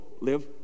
Live